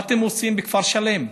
מה אתם עושים בכפר שלם?